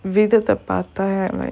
விதத்த பாத்தா:vithatha paathaa like